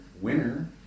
winner